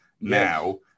now